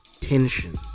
tension